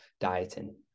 dieting